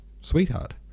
sweetheart